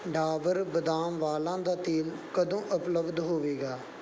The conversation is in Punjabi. ਡਾਬਰ ਬਦਾਮ ਵਾਲਾਂ ਦਾ ਤੇਲ ਕਦੋਂ ਉਪਲੱਬਧ ਹੋਵੇਗਾ